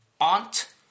aunt